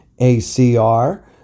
ACR